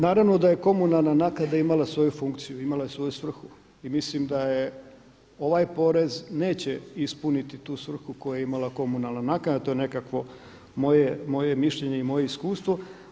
Naravno da je komunalna naknada imala svoju funkciju, imala je svoju svrhu i mislim da ovaj porez neće ispuniti tu svrhu koju je imala komunalna naknada, to je nekakvo moje mišljenje i moje iskustvo.